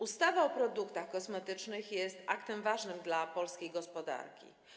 Ustawa o produktach kosmetycznych jest aktem ważnym dla polskiej gospodarki.